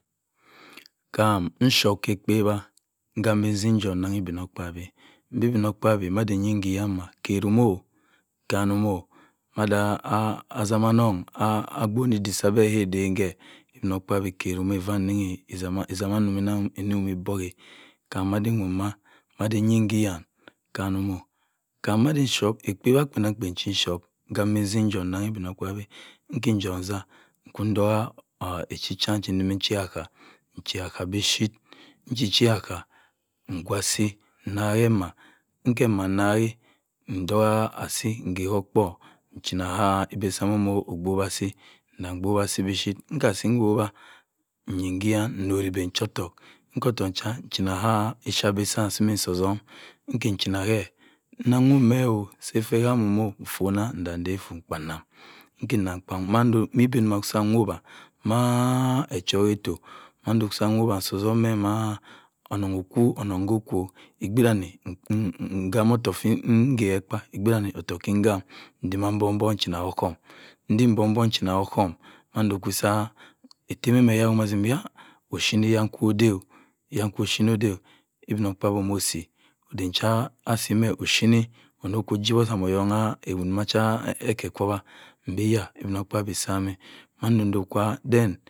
Kam mchip ke ekpewa ngambi nsi-ekum nnaghe obino kpabi mbe obinokpabi chi m nyen ke eyan ma kerimo kanim mo mada asima anong abon idik sabe ma eden kerim fu nnigi itama nikum-ku bongha. Kam woma diwoma madi-eyin ke-eyam kanimo kam ma ndi chip ekpewa kpen-akpen chi chup nkam beh nsi-ikum inangha obinokpabi iki ikum nsa ntongha echi-kwan chi di tiima echika-aka beh chip nchi-chiaka nwa-asi nragh ema ima ntongh asi nchina se igbi simo obugha asi nna ngbowa asi michip. nna asi mgbowa inyin ke iyan ke iyan nrori egbi nchi ottok. ngua ottok ncha nchina se ischa bi sam se ndi nsi otom. nni ye beh usa edu egamu nfuna ndi inye-afe mgba-nam ngi-nnam mgba nwunwa ye ibisam ma echok eto. nsi otom weh ma onongh okwu. onongh okwu okpei gene ottok ku kam ntim mbok-mbok nchina sabosohm. nditimi mbok-mbok nchina osohm mando sa eteme eyak odiek. beh ochine. ye kwa odeh. obinokpabi ose eden cha asimeh ochine mokwu ujip oyon-otara mah chi eke mbi eya! Obinokpabi sam! Ma ndo-ndo